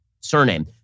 surname